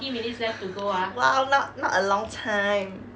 !wow! not not a long time